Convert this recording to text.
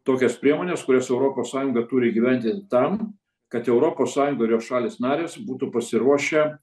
tokias priemones kurias europos sąjunga turi įgyvendint tam kad europos sąjunga ir jos šalys narės būtų pasiruošę